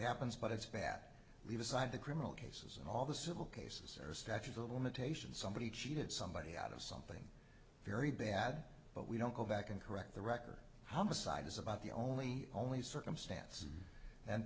happens but it's bad leave aside the criminal cases and all the civil cases are statute of limitations somebody cheated somebody out of something very bad but we don't go back and correct the record humberside is about the only only circumstance and